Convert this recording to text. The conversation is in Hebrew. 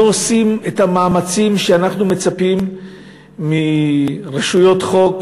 לא עושים את המאמצים שאנחנו מצפים מרשויות חוק